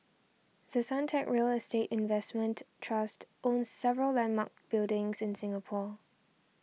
The Suntec real estate investment trust owns several landmark buildings in Singapore